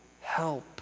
help